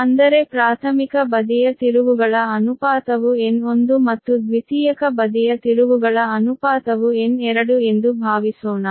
ಅಂದರೆ ಪ್ರಾಥಮಿಕ ಬದಿಯ ತಿರುವುಗಳ ಅನುಪಾತವು N1 ಮತ್ತು ದ್ವಿತೀಯಕ ಬದಿಯ ತಿರುವುಗಳ ಅನುಪಾತವು N2 ಎಂದು ಭಾವಿಸೋಣ